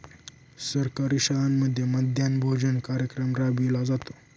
सरकारी शाळांमध्ये मध्यान्ह भोजन कार्यक्रम राबविला जातो